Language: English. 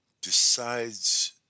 decides